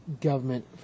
government